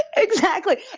ah exactly.